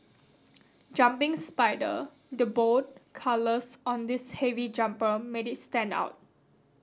jumping spider The bold colours on this heavy jumper made it stand out